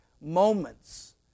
moments